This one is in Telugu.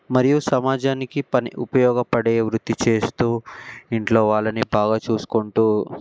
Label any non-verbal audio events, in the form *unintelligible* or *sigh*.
మరియు సమాజానికి *unintelligible* ఉపయోగపడే వృత్తి చేస్తూ ఇంట్లో వాళ్ళని బాగా చూసుకుంటూ